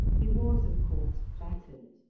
he was, of course, flattered,